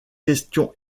questions